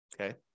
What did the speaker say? Okay